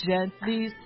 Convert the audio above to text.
Gently